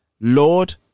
Lord